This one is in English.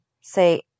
say